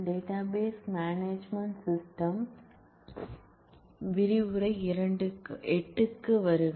database management system விரிவுரை 8 க்கு வருக